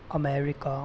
America